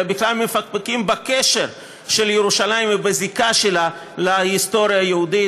אלא בכלל מפקפקים בקשר של ירושלים ובזיקה שלה להיסטוריה היהודית.